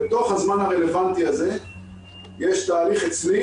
בתוך הזמן הרלוונטי הזה יש תהליך אצלי